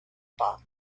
park